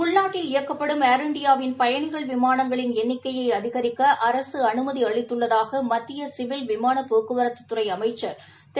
உள்நாட்டில் இயக்கப்படும் எர்இந்தியாவின் பயணிகள் விமானங்களின் எண்ணிக்கையைஅதிகரிக்கஅரசுஅனுமதிஅளித்துள்ளதாகமத்தியசிவில் விமானப் போக்குவரத்துறைஅமைச்சர் திரு